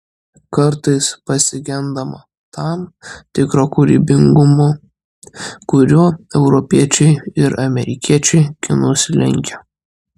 kartais pasigendama tam tikro kūrybingumo kuriuo europiečiai ir amerikiečiai kinus lenkia